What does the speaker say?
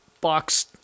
box